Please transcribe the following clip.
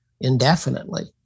indefinitely